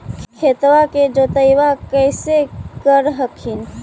खेतबा के जोतय्बा कैसे कर हखिन?